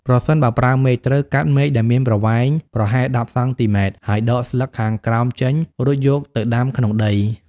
ប្រសិនបើប្រើមែក ត្រូវកាត់មែកដែលមានប្រវែងប្រហែល ១០ សង់ទីម៉ែត្រ ហើយដកស្លឹកខាងក្រោមចេញ រួចយកទៅដាំក្នុងដី។